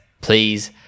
please